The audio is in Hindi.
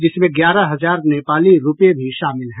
जिसमें ग्यारह हजार नेपाली रूपये भी शामिल हैं